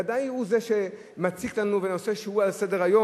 ודאי הוא זה שמציק לנו ונושא שהוא על סדר-היום,